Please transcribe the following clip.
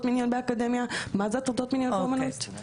מיניות באקדמיה ומה זה הטרדות מיניות באמנות.